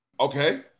Okay